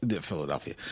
Philadelphia